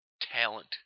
talent